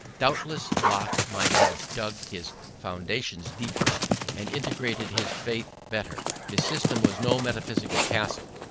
doubtless locke might have dug his foundations deeper and integrated his faith better. his system was no metaphysical castle,